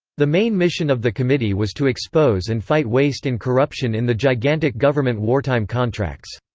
the main mission of the committee was to expose and fight waste and corruption in the gigantic government wartime contracts.